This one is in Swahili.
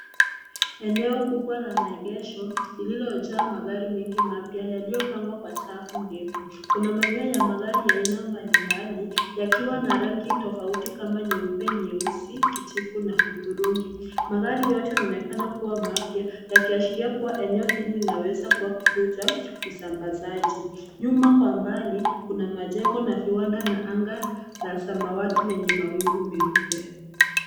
Eneo kubwa la maegesho lililojaa magari mengi mapya yaliyopangwa kwa safu ndefu. Kuna mamia ya magari ya aina mbalimbali yakiwa na rangi tofauti kama nyeupe, nyeusi, kijivu na hudhurungi. Magari yote naonekana kuwa mapya yakiashiria kuwa eneo hili linaweza kuwa kituo cha usambazaji. Nyuma kwa mbali kuna majengo na viwanda na anga la samawati lenye mawingu meupe.